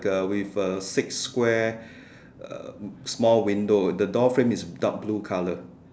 the with a six square uh small window the door frame is dark blue colour